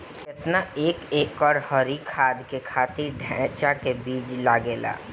केतना एक एकड़ हरी खाद के खातिर ढैचा के बीज लागेला?